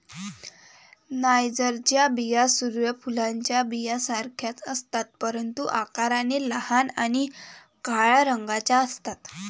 नायजरच्या बिया सूर्य फुलाच्या बियांसारख्याच असतात, परंतु आकाराने लहान आणि काळ्या रंगाच्या असतात